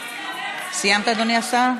סיימת, אדוני השר?